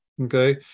okay